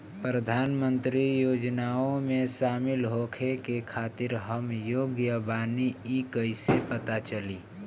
प्रधान मंत्री योजनओं में शामिल होखे के खातिर हम योग्य बानी ई कईसे पता चली?